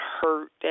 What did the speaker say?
hurt